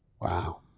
Wow